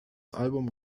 album